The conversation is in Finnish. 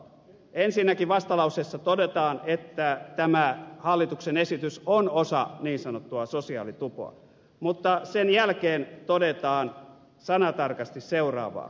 ensinnäkin vastalauseessa todetaan että tämä hallituksen esitys on osa niin sanottua sosiaalitupoa mutta sen jälkeen todetaan sanatarkasti seuraavaa